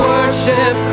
Worship